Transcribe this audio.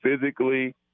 physically